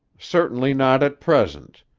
certainly not at present.